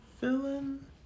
villain